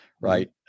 right